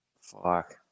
fuck